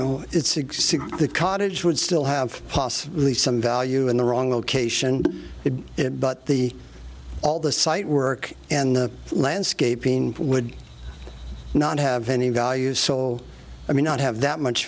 know it's existing cottage would still have possibly some value in the wrong location if it but the all the site work and landscaping would not have any value so i mean not have that much